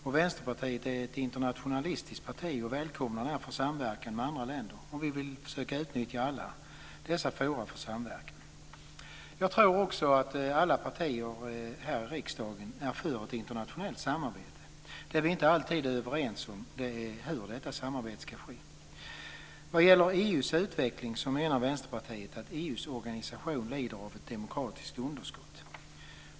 Vänsterpartiet är ett internationalistiskt parti och välkomnar därför samverkan med andra länder. Vi vill försöka utnyttja alla dessa forum för samverkan. Jag tror också att alla partier här i riksdagen är för ett internationellt samarbete. Det vi inte alltid är överens om är hur detta samarbete ska ske. Vad gäller EU:s utveckling menar Vänsterpartiet att EU:s organisation lider av ett demokratiskt underskott.